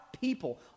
people